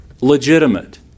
legitimate